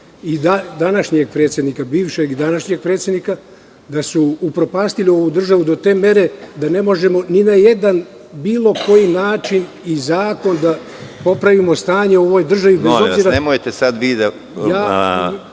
i današnjeg predsednika, bivšeg i današnjeg predsednika, da su upropastili ovu državu do te mere da ne možemo ni na jedan bilo koji način i zakon da popravimo stanje u ovoj državi, bez obzira